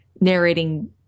narrating